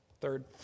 Third